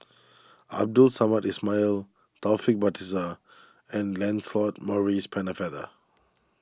Abdul Samad Ismail Taufik Batisah and Lancelot Maurice Pennefather